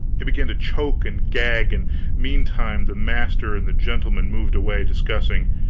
he began to choke and gag, and meantime the master and the gentleman moved away discussing.